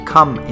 Come